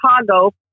Chicago